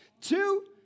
Two